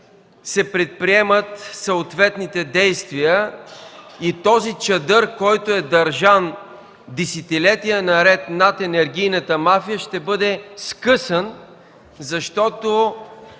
се предприемат съответните действия и този чадър, който е държан десетилетия наред над енергийната мафия, ще бъде скъсан, защото